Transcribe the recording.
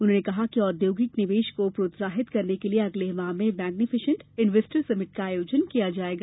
उन्होंने कहा कि औद्योगिक निवेश को प्रोत्साहित करने के लिये अगले माह में मैग्नीफिशेन्ट इन्वेस्टर समिट का आयोजन किया जाएगा